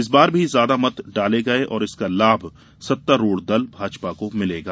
इस बार भी ज्यादा मत डाले गए और इसका लाभ सत्तारूढ़ दल भाजपा को मिलेगा